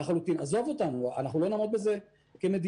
עזוב אותנו, אנחנו לא נעמוד בזה כמדינה.